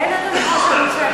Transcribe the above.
כן, אדוני ראש הממשלה.